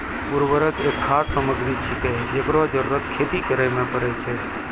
उर्वरक एक खाद सामग्री छिकै, जेकरो जरूरत खेती करै म परै छै